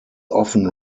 often